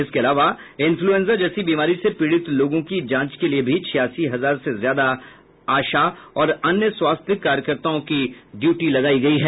इसके अलावा इन्फ्लूएंजा जैसी बीमारी से पीड़ित लोगों की जांच के लिए भी छियासी हजार से ज्यादा आशा और अन्य स्वास्थ्य कार्यकर्ताओं की ड्यूटी लगाई गई है